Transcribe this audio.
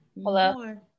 Hello